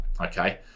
Okay